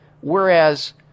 Whereas